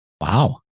Wow